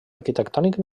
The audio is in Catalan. arquitectònic